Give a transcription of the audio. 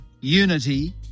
unity